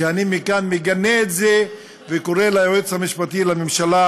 מכאן אני מגנה את זה וקורא ליועץ המשפטי לממשלה